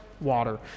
water